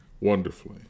wonderfully